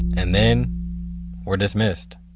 and then we're dismissed